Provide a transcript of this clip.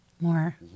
more